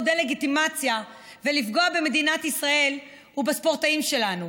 דה-לגיטימציה ולפגוע במדינת ישראל ובספורטאים שלנו.